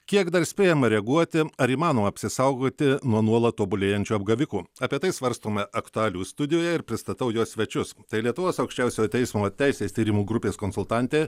kiek dar spėjama reaguoti ar įmanoma apsisaugoti nuo nuolat tobulėjančių apgavikų apie tai svarstome aktualijų studijoje ir pristatau jos svečius tai lietuvos aukščiausiojo teismo teisės tyrimų grupės konsultantė